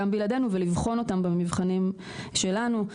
גם בלעדינו ולבחון אותם במבחנים שלנו.